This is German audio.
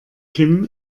kim